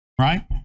right